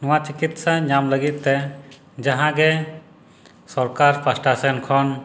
ᱱᱚᱣᱟ ᱪᱤᱠᱤᱛᱥᱟ ᱧᱟᱢ ᱞᱟᱹᱜᱤᱫ ᱛᱮ ᱡᱟᱜᱮ ᱥᱟᱨᱠᱟᱨ ᱯᱟᱥᱴᱟᱥᱮᱫ ᱠᱷᱚᱱ